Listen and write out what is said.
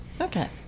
Okay